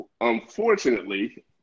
unfortunately